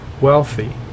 wealthy